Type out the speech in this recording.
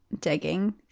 digging